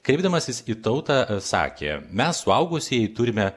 kreipdamasis į tautą sakė mes suaugusieji turime